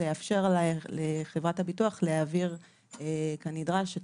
זה יאפשר לחברת הביטוח להעביר כנדרש את